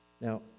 Now